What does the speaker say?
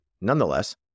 nonetheless